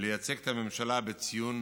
ולייצג את הממשלה בציון